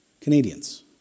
Canadians